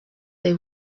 they